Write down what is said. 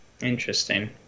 Interesting